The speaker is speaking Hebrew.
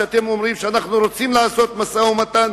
אתם אומרים שאנחנו רוצים לעשות משא-ומתן,